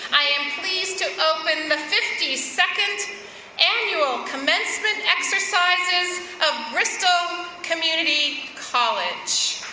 i am pleased to open the fifty second annual commencement exercises of bristol community college.